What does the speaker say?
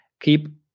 keep